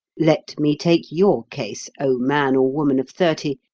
let me take your case, o man or woman of thirty,